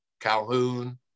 Calhoun